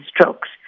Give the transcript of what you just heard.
strokes